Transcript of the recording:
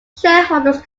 shareholders